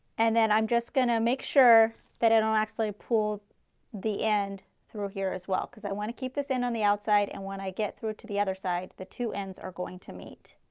and then i'm just going to make sure that i don't accidentally pull the end through here as well, because i want to keep this in on the outside and when i get through to the other side the two ends are going to meet.